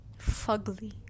fugly